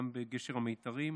גם בגשר המיתרים.